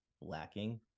lacking